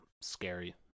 scary